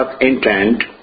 intent